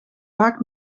vaak